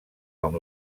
com